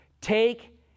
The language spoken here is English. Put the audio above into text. take